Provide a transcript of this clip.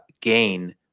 gain